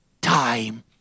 time